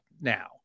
now